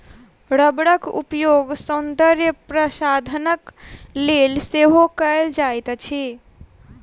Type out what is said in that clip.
रबड़क उपयोग सौंदर्य प्रशाधनक लेल सेहो कयल जाइत अछि